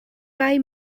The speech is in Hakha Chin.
ngai